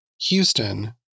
Houston